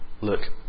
Look